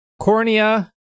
Cornea